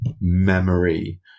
memory